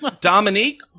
Dominique